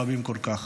רבים כל כך.